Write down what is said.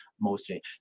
mostly